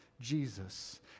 Jesus